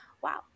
wow